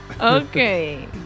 Okay